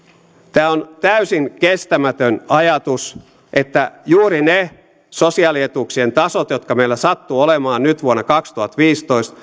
tämä on täysin kestämätön ajatus että juuri ne sosiaalietuuksien tasot jotka meillä sattuu olemaan nyt vuonna kaksituhattaviisitoista